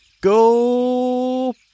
Go